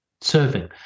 serving